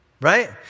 Right